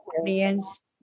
audience